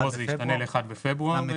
ל'